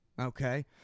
Okay